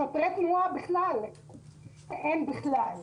שוטרי תנועה אין בכלל.